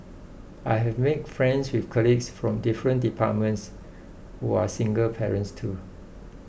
I have made friends with colleagues from different departments who are single parents too